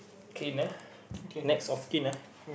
kin ah next of kin ah